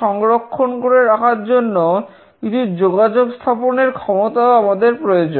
সংরক্ষণ করে রাখার জন্য কিছু যোগাযোগ স্থাপনের ক্ষমতাও আমাদের প্রয়োজন